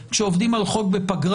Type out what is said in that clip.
להבדיל מעבודה על חוק בפגרה,